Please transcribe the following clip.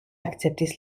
akceptis